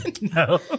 No